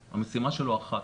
המשימה של עוזר בטיחות היא אחת,